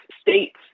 states